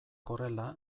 horrela